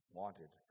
wanted